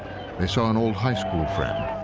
they saw an old high school friend.